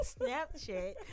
Snapchat